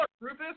Rufus